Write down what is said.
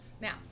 Now